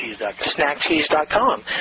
Snackcheese.com